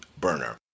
burner